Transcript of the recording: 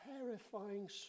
terrifying